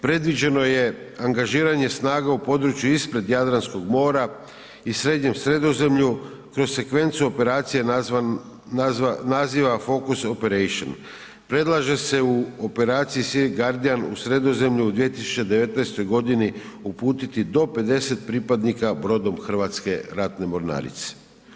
Predviđeno je angažiranje snaga u području ispred Jadranskog mora i Srednjem Sredozemlju kroz sekvencu operacije naziva Focus Operation, predlaže se u operaciji SEA GUARDIAN u Sredozemlju u 2019.g. uputiti do 50 pripadnika brodom Hrvatske ratne mornarice.